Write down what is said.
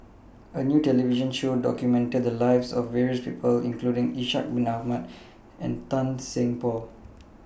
A New television Show documented The Lives of various People including Ishak Bin Ahmad and Tan Seng Poh